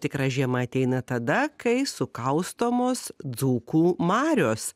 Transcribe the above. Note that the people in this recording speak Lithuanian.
tikra žiema ateina tada kai sukaustomos dzūkų marios